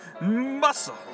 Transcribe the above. muscle